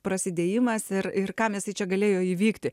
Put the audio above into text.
prasidėjimas ir ir kam jisai čia galėjo įvykti